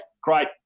great